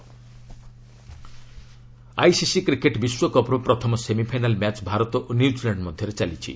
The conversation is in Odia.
ଡବ୍ଲ୍ୟୁସି କ୍ରିକେଟ୍ ଆଇସିସି କ୍ରିକେଟ୍ ବିଶ୍ୱକପ୍ର ପ୍ରଥମ ସେମିଫାଇନାଲ୍ ମ୍ୟାଚ୍ ଭାରତ ଓ ନ୍ୟୁଜିଲାଣ୍ଡ ମଧ୍ୟରେ ଚାଲିଛି